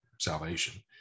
salvation